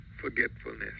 forgetfulness